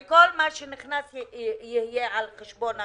וכל מה שנכנס יהיה על חשבון הקורונה.